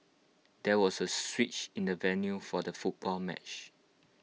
there was A switch in the venue for the football match